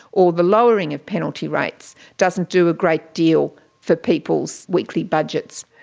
or the lowering of penalty rates doesn't do a great deal for people's weekly budgets.